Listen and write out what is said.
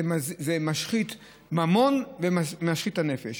זה משחית ממון ומשחית את הנפש.